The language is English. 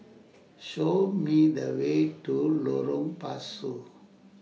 Show Me The Way to Lorong Pasu